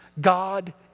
God